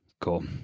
Cool